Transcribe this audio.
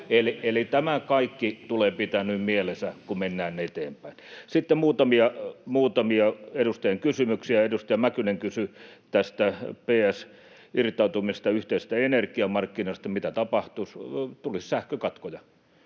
Eli tämä kaikki tulee pitää nyt mielessä, kun mennään eteenpäin. Sitten muutamia edustajien kysymyksiä. Edustaja Mäkynen kysyi tästä ps:n ehdottamasta irtautumisesta yhteisistä energiamarkkinoista — mitä tapahtuisi? Tulisi sähkökatkoja.